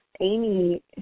Amy